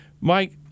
Mike